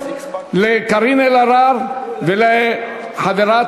לקארין אלהרר ולחברת